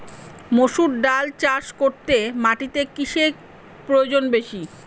মুসুর ডাল চাষ করতে মাটিতে কিসে প্রয়োজন বেশী?